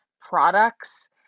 products